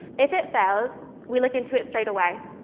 if it fails, we look into it straightaway.